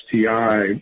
STI